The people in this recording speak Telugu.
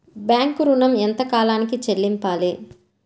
బ్యాంకు ఋణం ఎంత కాలానికి చెల్లింపాలి?